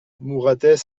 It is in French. mouratet